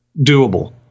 doable